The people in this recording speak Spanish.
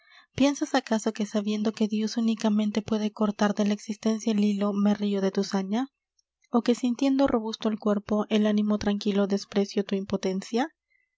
piensas acaso que sabiendo que dios únicamente puede cortar de la existencia el hilo me rio de tu saña o que sintiendo robusto el cuerpo el ánimo tranquilo desprecio tu impotencia